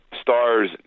stars